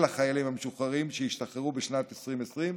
החיילים המשוחררים שהשתחררו בשנת 2020,